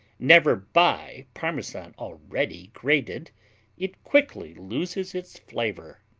never buy parmesan already grated it quickly loses its flavor.